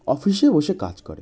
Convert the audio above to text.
অফিসে বসে কাজ করে